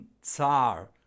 Tsar